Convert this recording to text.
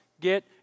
get